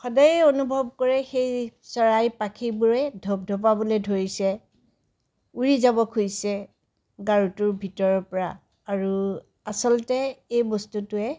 সদায় অনুভৱ কৰে সেই চৰাই পাখীবোৰে ধপধপাবলৈ ধৰিছে উৰি যাব খুজিছে গাৰুটোৰ ভিতৰৰ পৰা আৰু আচলতে এই বস্তুটোৱে